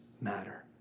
matter